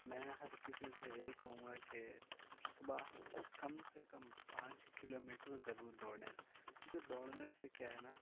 میں ہر کسی سے یہی کہوں گا کہ صبح کم سے کم پانچ کلو میٹر ضرور دوڑیں کیونکہ دوڑنے سے کیا ہے نا